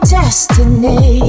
destiny